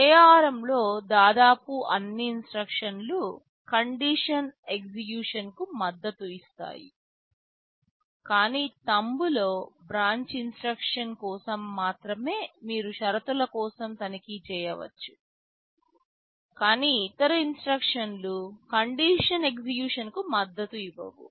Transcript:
ARM లో దాదాపు అన్ని ఇన్స్ట్రక్షన్లు కండిషన్ ఎగ్జిక్యూషన్కు మద్దతు ఇస్తాయి కానీ థంబ్లో బ్రాంచ్ ఇన్స్ట్రక్షన్ కోసం మాత్రమే మీరు షరతుల కోసం తనిఖీ చేయవచ్చు కాని ఇతర ఇన్స్ట్రక్షన్లు కండిషన్ ఎగ్జిక్యూషన్కు మద్దతు ఇవ్వవు